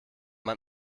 man